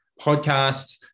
podcasts